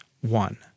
one